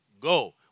go